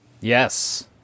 Yes